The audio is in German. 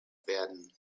werden